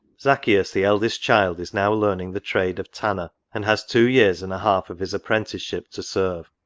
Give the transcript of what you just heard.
zaccheus, the eldest child, is now learning the trade of tanner, and has two years and a half of his apprenticeship to serve.